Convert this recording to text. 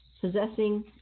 possessing